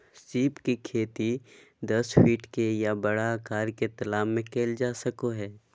सीप के खेती दस फीट के या बड़ा आकार के तालाब में कइल जा सको हइ